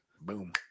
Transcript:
Boom